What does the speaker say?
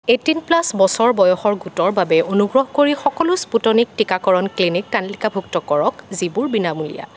eighteen plus বছৰ বয়সৰ গোটৰ বাবে অনুগ্ৰহ কৰি সকলো স্পুটনিক টিকাকৰণ ক্লিনিক তালিকাভুক্ত কৰক যিবোৰ বিনামূলীয়া